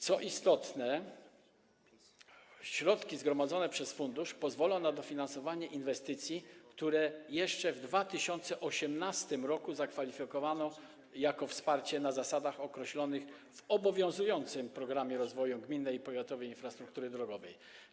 Co istotne, środki zgromadzone przez fundusz pozwolą na dofinansowanie inwestycji, które jeszcze w 2018 r. zakwalifikowano do otrzymania wsparcia na zasadach określonych w obowiązującym „Programie rozwoju gminnej i powiatowej infrastruktury drogowej”